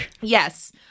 yes